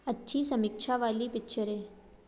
अच्छी समीक्षा वाली पिक्चरें